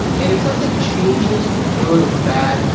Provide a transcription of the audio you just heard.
and if something changes for good or for bad,